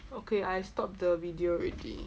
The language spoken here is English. okay I stop the video already